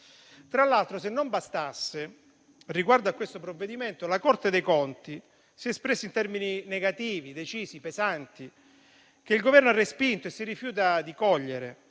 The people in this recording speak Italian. Tra l'altro, se non bastasse, riguardo a questo provvedimento la Corte dei conti si è espressa in termini negativi, decisi e pesanti, che il Governo ha respinto e si rifiuta di cogliere.